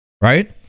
right